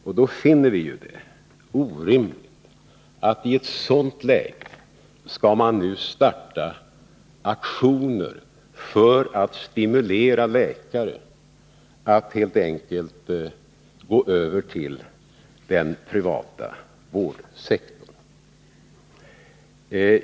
Av den anledningen finner vi det orimligt att starta aktioner för att stimulera läkare att helt enkelt gå över till den privata vårdsektorn.